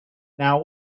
now